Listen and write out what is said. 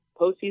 postseason